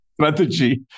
strategy